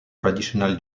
traditional